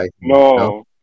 no